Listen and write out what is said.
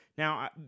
Now